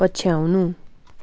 पछ्याउनु